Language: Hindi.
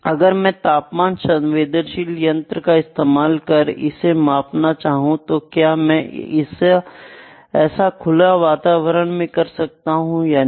अगर मैं तापमान संवेदनशील यंत्र का इस्तेमाल कर इसे मापना चाहूं तो क्या मैं ऐसा खुले वातावरण में कर सकता हूं या नहीं